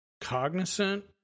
cognizant